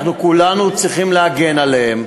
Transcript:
אנחנו כולנו צריכים להגן עליהם.